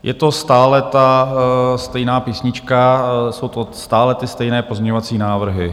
Je to stále ta stejná písnička, jsou to stále ty stejné pozměňovací návrhy.